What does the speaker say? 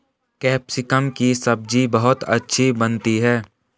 capsicum की सब्जी बहुत अच्छी बनती है